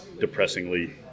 depressingly